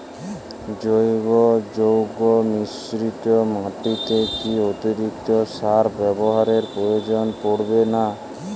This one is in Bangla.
জৈব যৌগ মিশ্রিত মাটিতে কি অতিরিক্ত সার ব্যবহারের প্রয়োজন পড়ে না?